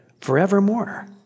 forevermore